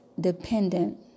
dependent